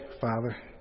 Father